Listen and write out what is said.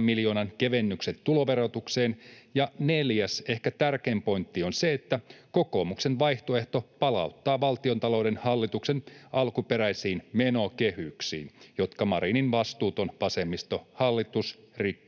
miljoonan kevennykset tuloverotukseen — ja neljäs, ehkä tärkein pointti on se, että kokoomuksen vaihtoehto palauttaa valtiontalouden hallituksen alkuperäisiin menokehyksiin, jotka Marinin vastuuton vasemmistohallitus rikkoi